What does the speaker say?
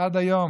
עד היום